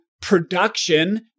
production